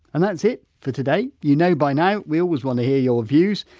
and that's it for today. you know by now we always want to hear your views.